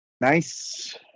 Nice